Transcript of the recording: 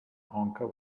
honker